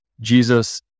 jesus